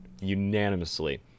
unanimously